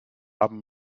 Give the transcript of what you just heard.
haben